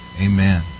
Amen